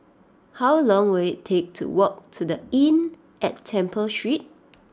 how long will it take to walk to The Inn at Temple Street